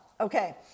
Okay